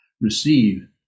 receive